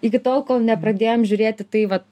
iki tol kol nepradėjom žiūrėt į tai vat